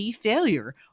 failure